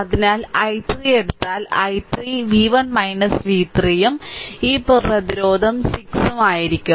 അതിനാൽ i3 എടുത്താൽ i3 v1 v3 ഉം ഈ പ്രതിരോധം 6 ഉം ആയിരിക്കും